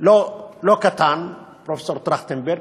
לא קטן, פרופסור טרכטנברג,